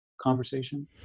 conversation